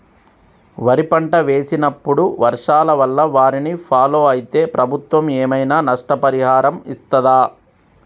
వరి పంట వేసినప్పుడు వర్షాల వల్ల వారిని ఫాలో అయితే ప్రభుత్వం ఏమైనా నష్టపరిహారం ఇస్తదా?